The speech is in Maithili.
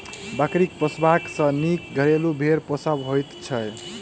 बकरी पोसबा सॅ नीक घरेलू भेंड़ पोसब होइत छै